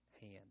hand